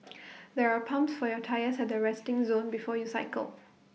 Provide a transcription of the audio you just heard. there are pumps for your tyres at the resting zone before you cycle